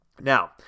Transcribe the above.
Now